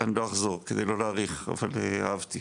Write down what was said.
אני לא אחזור כדי לא להאריך, אבל אהבתי.